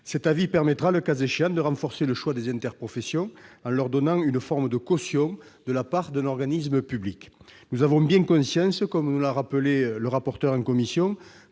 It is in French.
Ces avis permettront, si nécessaire, de renforcer le choix des interprofessions, en leur donnant une forme de caution de la part d'un organisme public. Nous avons bien conscience, comme nous l'a rappelé le rapporteur en commission,